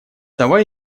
давай